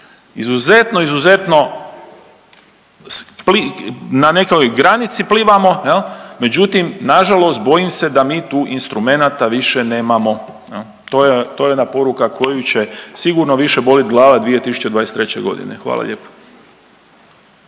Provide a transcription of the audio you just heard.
izuzetno, izuzetno, na nekoj granici plivamo jel, međutim nažalost bojim se da mi tu instrumenata više nemamo jel, to je, to je jedna poruka koju će sigurno više bolit glava 2023.g., hvala lijepo.